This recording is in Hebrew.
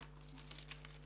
ננעלה בשעה 11:01.